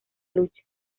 lucha